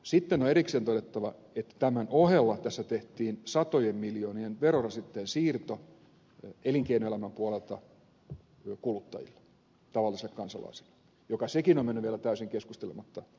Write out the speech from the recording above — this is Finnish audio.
sitten on erikseen todettava että tämän ohella tässä tehtiin satojen miljoonien verorasitteen siirto elinkeinoelämän puolelta kuluttajille tavallisille kansalaisille joka sekin on mennyt vielä täysin keskustelematta lävitse